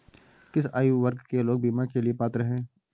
किस आयु वर्ग के लोग बीमा के लिए पात्र हैं?